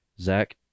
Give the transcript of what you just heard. Zach